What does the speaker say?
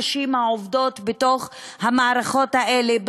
של הנשים העובדות במערכות האלה,